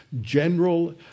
general